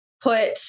put